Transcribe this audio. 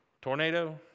tornado